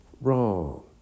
wrong